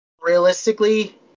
Realistically